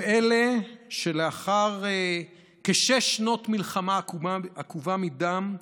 הם אלה שלאחר כשש שנות מלחמה עקובה מדם,